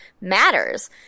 matters